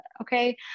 okay